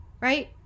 right